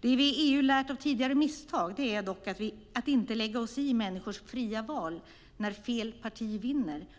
Det vi i EU har lärt av tidigare misstag är dock att inte lägga oss i människors fria val när "fel" parti vinner.